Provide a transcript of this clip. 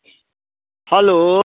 hello